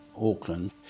Auckland